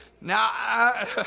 Now